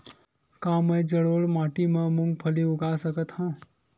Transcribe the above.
का मैं जलोढ़ माटी म मूंगफली उगा सकत हंव?